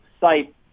site